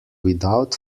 without